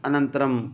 अनन्तरं